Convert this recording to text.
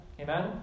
Amen